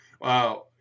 Wow